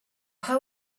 how